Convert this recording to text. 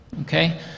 Okay